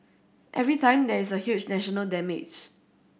every time there is huge national damage